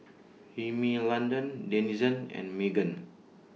Rimmel London Denizen and Megan